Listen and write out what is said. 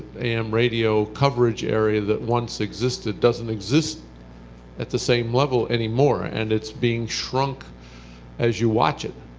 a m. radio coverage area that once existed does not and exist at the same level anymore and it's being shrunk as you watch it.